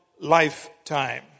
lifetime